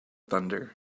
thunder